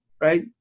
right